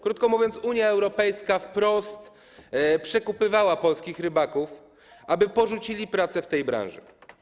Krótko mówiąc, Unia Europejska wprost przekupywała polskich rybaków, aby porzucili pracę w tej branży.